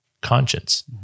Conscience